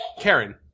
Karen